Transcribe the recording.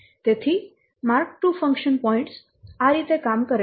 તેથી mark II function points આ રીતે કામ કરે છે